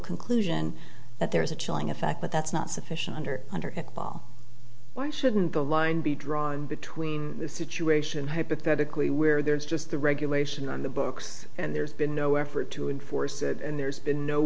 conclusion that there is a chilling effect but that's not sufficient under under at all why shouldn't the line be drawn between the situation hypothetically where there's just the regulation on the books and there's been no effort to enforce it and there's been no